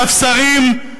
ספסרים,